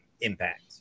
impact